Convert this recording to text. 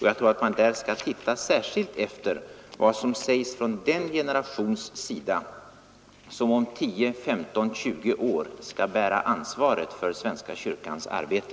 Jag tror att man skall titta särskilt efter vad som sägs från den generations sida som om tio—tjugo år skall bära ansvaret för svenska kyrkans arbete.